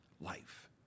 life